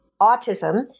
autism